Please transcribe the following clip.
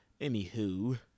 anywho